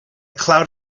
cloud